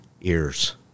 ears